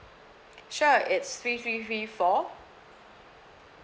sure it's three three three four